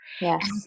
Yes